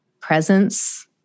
presence